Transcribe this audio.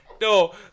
No